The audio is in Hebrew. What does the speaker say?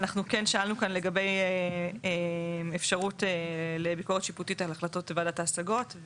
אנחנו כן שאלנו כאן לגבי אפשרות לביקורת שיפוטית על החלטות ועדת ההשגות.